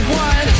one